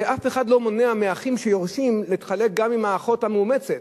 הרי אף אחד לא מונע מאחים שיורשים להתחלק גם עם האחות המאומצת,